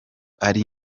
ari